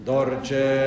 Dorje